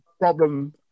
problem